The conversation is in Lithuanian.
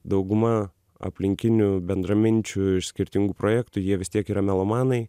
dauguma aplinkinių bendraminčių iš skirtingų projektų jie vis tiek yra melomanai